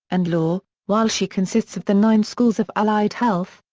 and law, while she consists of the nine schools of allied health,